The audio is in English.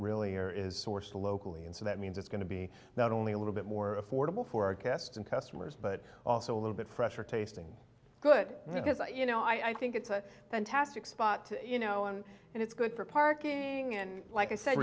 really your is sourced locally and so that means it's going to be not only a little bit more affordable for our guests and customers but also a little bit fresher tasting good because you know i think it's a fantastic spot you know and it's good for parking and like i sa